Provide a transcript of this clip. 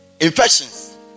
infections